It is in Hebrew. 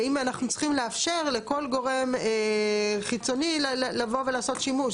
האם אנחנו צריכים לאפשר לכל גורם חיצוני לבוא ולעשות שימוש?